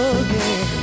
again